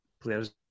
players